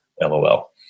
LOL